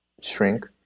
shrink